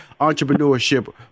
entrepreneurship